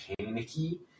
panicky